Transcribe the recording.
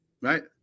right